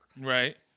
Right